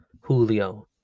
Julio